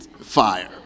fire